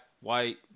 white